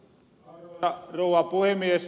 arvoisa rouva puhemies